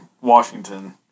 Washington